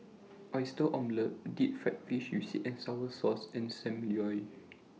Oyster Omelette Deep Fried Fish with Sweet and Sour Sauce and SAM Lau